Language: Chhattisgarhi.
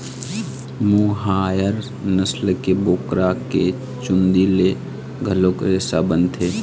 मोहायर नसल के बोकरा के चूंदी ले घलोक रेसा बनथे